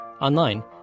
Online